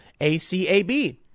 ACAB